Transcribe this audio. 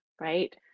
right